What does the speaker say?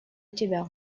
тебя